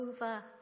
over